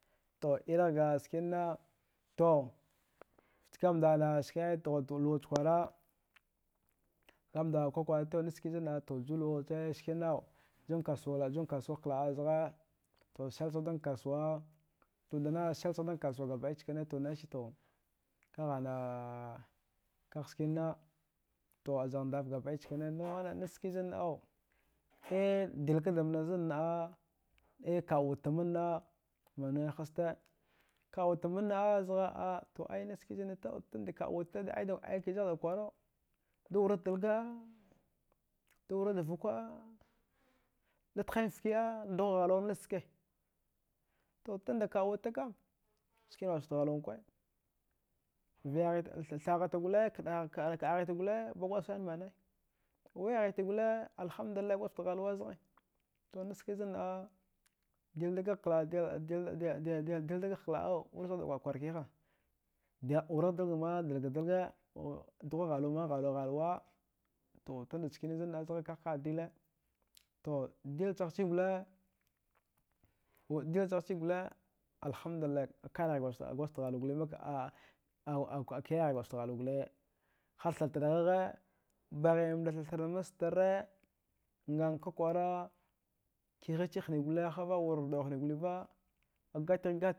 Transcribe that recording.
To irighga skina to ske luwacha kwara kanda kwakwara to naski zanna. a junkasuwagh kla. a zghe to selchaghdan kasuwa to dana selchaghdan kasuwa gabɗai chkane to nachi to kagh anaa kagh skina to azagh ndav gabɗai chkane niwanan nachski zanna au dilka damna zanna. a ikaɗwadta manna manwe hast. kawadta manna zgha a haste ai nachski zanna. a to tundakaɗwadta aida kizaghda kwara dawurad dalga, dawurad vuka da tghidan fkee dghud ghalwagh nachske to tunda kaɗwudta kam kina mani gwajdaft ghalwankwa viyaghit thaghat gole kɗaghit gole ba gwadjgaft sani manaya wyaghit gole alhamdulai gwadjgaft ghalwa zghe to nachski zanna. a dildagagh klwa. au wurachaghda kwarkiha, wuraghda dalgma dalgadalga, dughu ghalwama ghalwaghalwa to tunda tchini zanna. a zgha kaghkaɗ dile to dilchaghchi gole, dilchaghchi gole alhamdullai akaragi gwadjgaft ghalwa gole mak. a a kyayaghi gwadjgaft ghalwa dole har thatarghaghe, baghimdacha tharmas tare ngana kwakwara kihachi hni gole hava wurrdau hni goliva agatighgat